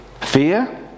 Fear